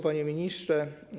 Panie Ministrze!